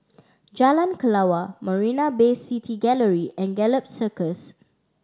Jalan Kelawar Marina Bay City Gallery and Gallop Circus